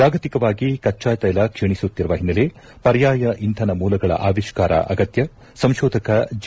ಜಾಗತಿಕವಾಗಿ ಕಚ್ಚಾತೈಲ ಕ್ಷೀಣಿಸುತ್ತಿರುವ ಹಿನ್ನೆಲೆ ಪರ್ಯಾಯ ಇಂಧನ ಮೂಲಗಳ ಆವಿಷ್ಠಾರ ಆಗತ್ಯ ಸಂಶೋಧಕ ಜಿ